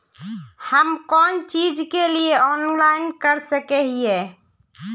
हम कोन चीज के लिए ऑनलाइन कर सके हिये?